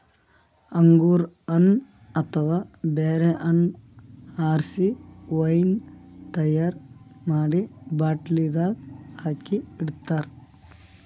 ಅಂಗೂರ್ ಹಣ್ಣ್ ಅಥವಾ ಬ್ಯಾರೆ ಹಣ್ಣ್ ಆರಸಿ ವೈನ್ ತೈಯಾರ್ ಮಾಡಿ ಬಾಟ್ಲಿದಾಗ್ ಹಾಕಿ ಇಡ್ತಾರ